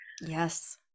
Yes